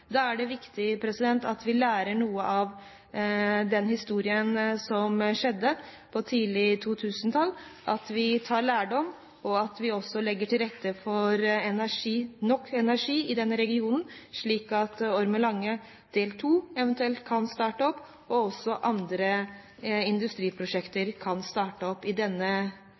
Da er det viktig at vi lærer noe av den historien som skjedde tidlig på 2000-tallet – at vi tar lærdom, og at vi også legger til rette for nok energi i denne regionen, slik at Ormen Lange Fase 2 eventuelt kan starte opp, og at også andre industriprosjekter kan starte opp i